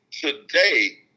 Today